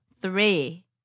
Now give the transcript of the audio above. Three